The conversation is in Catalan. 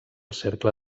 cercle